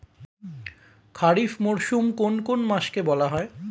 খারিফ মরশুম কোন কোন মাসকে বলা হয়?